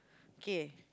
k